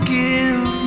give